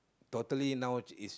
totally now which is